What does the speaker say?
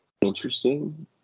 interesting